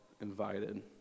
invited